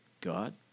God